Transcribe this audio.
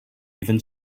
even